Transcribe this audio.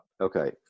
Okay